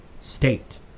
state